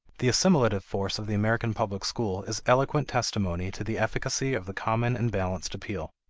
the assimilative force of the american public school is eloquent testimony to the efficacy of the common and balanced appeal.